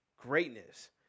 greatness